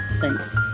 Thanks